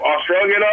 Australia